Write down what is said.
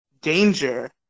Danger